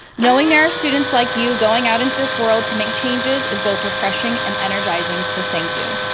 knowing there are students like you going out into this world to make changes is both refreshing and energizing, so thank you.